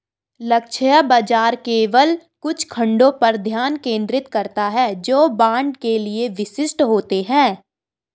लक्ष्य बाजार केवल कुछ खंडों पर ध्यान केंद्रित करता है जो ब्रांड के लिए विशिष्ट होते हैं